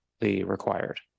required